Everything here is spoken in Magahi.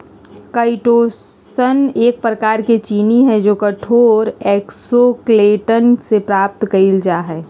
काईटोसन एक प्रकार के चीनी हई जो कठोर एक्सोस्केलेटन से प्राप्त कइल जा हई